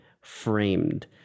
framed